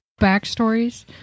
backstories